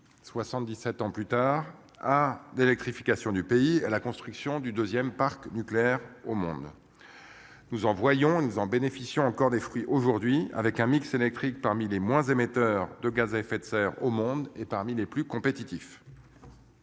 77 ans plus tard. Ah d'électrification du pays. La construction du 2ème parc nucléaire au monde. Nous envoyons nous en bénéficions encore des fruits aujourd'hui avec un mix électrique parmi les moins émetteurs de gaz à effet de serre au monde et parmi les plus compétitifs.